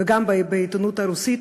וגם בעיתונות הרוסית,